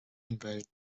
invade